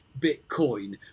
Bitcoin